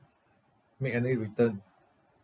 make any return